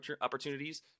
opportunities